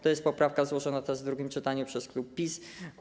To jest poprawka złożona teraz, w drugim czytaniu przez klub PiS.